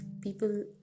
people